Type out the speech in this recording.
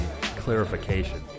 clarification